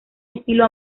estilo